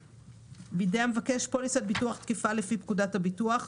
(8)בידי המבקש פוליסת ביטוח תקפה לפי פקודת הביטוח,